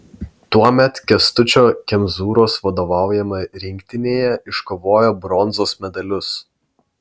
tuomet kęstučio kemzūros vadovaujama rinktinėje iškovojo bronzos medalius